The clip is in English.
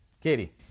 Katie